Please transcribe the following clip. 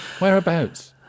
Whereabouts